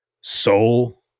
soul